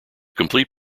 complete